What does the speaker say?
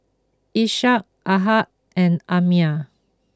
Ishak Ahad and Ammir